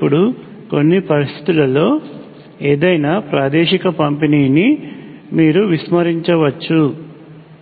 ఇప్పుడు కొన్ని పరిస్థితులలో ఏదైనా ప్రాదేశిక పంపిణీని మీరు విస్మరించవచ్చు